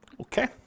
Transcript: Okay